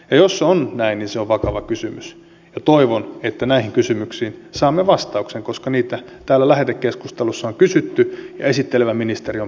ja jos on näin niin se on vakava kysymys ja toivon että näihin kysymyksiin saamme vastauksen koska niitä täällä lähetekeskustelussa on kysytty ja esittelevä ministeri on paikan päällä